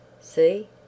See